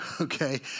okay